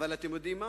אבל אתם יודעים מה?